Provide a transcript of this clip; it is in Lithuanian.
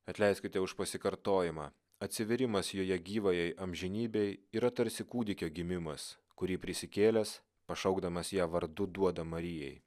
atleiskite už pasikartojimą atsivėrimas joje gyvajai amžinybei yra tarsi kūdikio gimimas kurį prisikėlęs pašaukdamas ją vardu duoda marijai